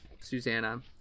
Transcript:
susanna